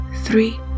three